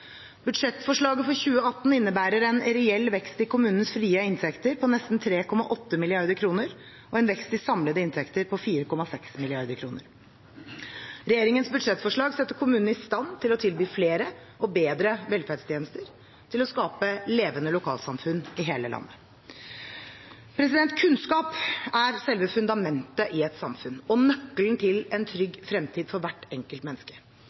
Budsjettforslaget for 2018 innebærer en reell vekst i kommunenes frie inntekter på nesten 3,8 mrd. kr og en vekst i samlede inntekter på 4,6 mrd. kr. Regjeringens budsjettforslag setter kommunene i stand til å tilby flere og bedre velferdstjenester, til å skape levende lokalsamfunn i hele landet. Kunnskap er selve fundamentet i et samfunn og nøkkelen til en trygg fremtid for hvert enkelt menneske.